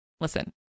listen